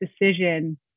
decision